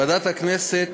ועדת הכנסת,